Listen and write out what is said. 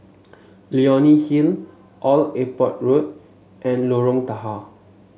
Leonie Hill Old Airport Road and Lorong Tahar